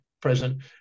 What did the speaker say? present